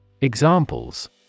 Examples